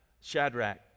Shadrach